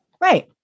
right